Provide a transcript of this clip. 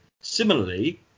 Similarly